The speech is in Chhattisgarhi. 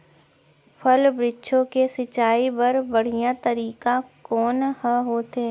फल, वृक्षों के सिंचाई बर बढ़िया तरीका कोन ह होथे?